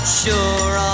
sure